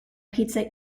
pizza